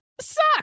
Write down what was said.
Suck